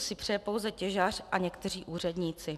Těžbu si přeje pouze těžař a někteří úředníci.